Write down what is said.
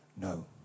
No